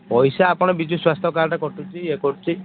ପଇସା ଆପଣ ବିଜୁ ସ୍ୱାସ୍ଥ୍ୟ କାର୍ଡ଼ରେ କଟୁଛି ଏ କରୁଛି